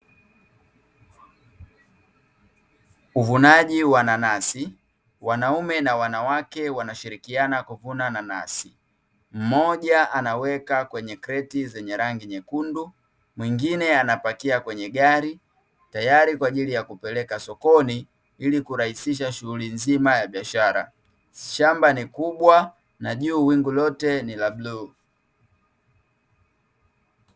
Uvunaji wa nanasi, wanaume na wanawake wanashirikiana kuvuna nanasi, mmoja anaweka kwenye kreti zenye rangi nyekundu, mwingine anapakia kwenye gari tayari kwa ajili ya kupeleka sokoni ili kurahisisha shughuli nzima ya biashara, shamba ni kubwa na juu wingu lote ni la bluu.